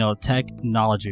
technology